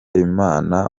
imana